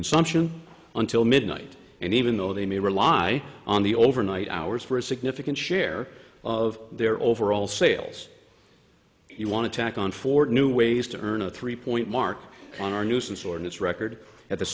consumption until midnight and even though they may rely on the overnight hours for a significant share of their overall sales you want to tack on four new ways to earn a three point mark on our nuisance or in this record at the